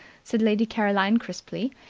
said lady caroline crisply.